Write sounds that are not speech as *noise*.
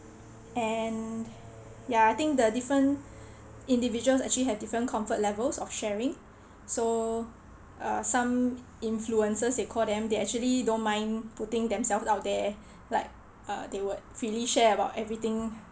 and ya I think the different *breath* individuals actually have different comfort levels of sharing *breath* so uh some influencers they call them they actually don't mind putting themselves out there *breath* like uh they would freely share about everything